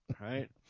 right